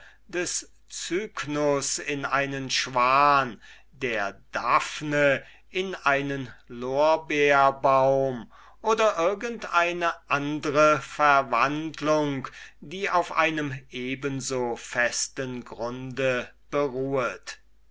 des cyknus in einen schwan der daphne in einen lorbeerbaum oder irgend eine andre verwandlung die auf einem eben so festen grunde beruhet